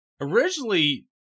Originally